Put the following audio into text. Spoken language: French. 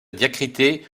diacrité